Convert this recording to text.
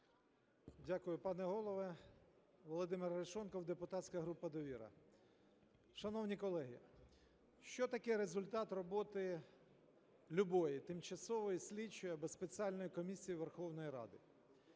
Дякую, пане Голово. Володимир Арешонков, депутатська група "Довіра". Шановні колеги, що таке результат роботи любої тимчасової слідчої або спеціальної комісії Верховної Ради?